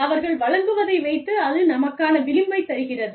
அவர்கள் வழங்குவதை வைத்து அது நமக்கான விளிம்பைத் தருகிறது